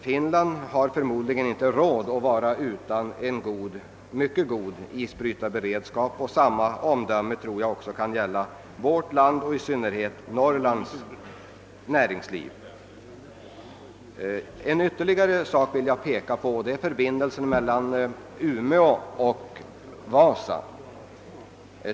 Finland har förmodligen inte råd att vara utan en mycket god isbrytarberedskap, och samma omdöme tror jag kan gälla vårt land, i synnerhet med tanke på Norrlands näringsliv. Ytterligare en sak som jag vill peka på är förbindelserna mellan Umeå och Vasa.